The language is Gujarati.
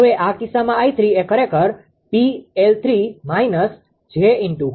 હવે આ કિસ્સામાં 𝑖3 એ ખરેખર છે